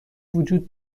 وجود